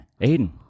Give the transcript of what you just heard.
Aiden